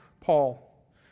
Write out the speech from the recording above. Paul